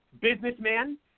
businessman